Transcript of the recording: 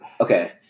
Okay